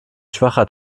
schwacher